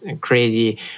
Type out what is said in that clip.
crazy